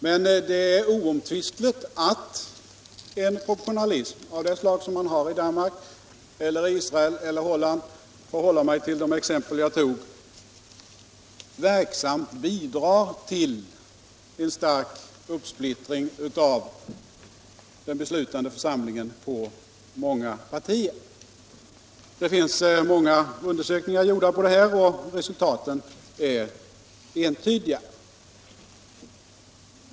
Men det är oomtvistligt att en proportionalism av det slag som man har i Danmark eller Israel eller Holland — för att hålla mig till de exempel jag tog förut — verksamt bidrar till en stark uppsplittring av den beslutande församlingen på många partier. Det finns många undersökningar gjorda på det här området, och resultaten är entydiga.